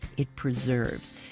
it preserves.